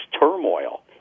turmoil